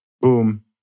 boom